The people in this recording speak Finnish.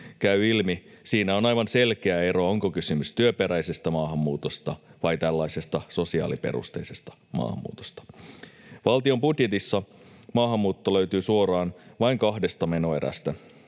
käy ilmi, siinä on aivan selkeä ero, onko kysymys työperäisestä maahanmuutosta vai tällaisesta sosiaaliperusteisesta maahanmuutosta. Valtion budjetissa maahanmuutto löytyy suoraan vain kahdesta menoerästä: